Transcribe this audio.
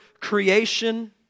creation